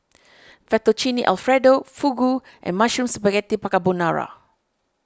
Fettuccine Alfredo Fugu and Mushroom Spaghetti Carbonara